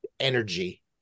energy